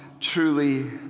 truly